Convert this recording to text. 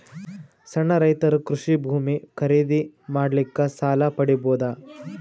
ಸಣ್ಣ ರೈತರು ಕೃಷಿ ಭೂಮಿ ಖರೀದಿ ಮಾಡ್ಲಿಕ್ಕ ಸಾಲ ಪಡಿಬೋದ?